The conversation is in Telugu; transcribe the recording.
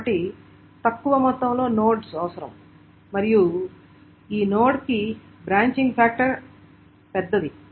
కాబట్టి తక్కువ మొత్తంలో నోడ్స్ అవసరం మరియు ఈ నోడ్ కి బ్రాంచింగ్ ఫ్యాక్టర్ కూడా పెద్దది